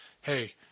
hey